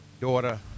daughter